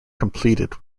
completed